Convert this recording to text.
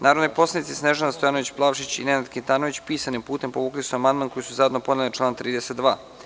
Narodni poslanici Snežana Stojanović Plavšić i Nenad Kitanović, pisanim putem, povukli su amandman koji su zajedno podneli na član 32.